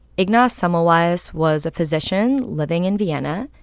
ignaz semmelweis was was a physician living in vienna.